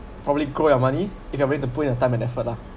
probably grow your money if you are really to put your time and effort lah